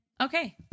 Okay